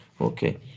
okay